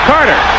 Carter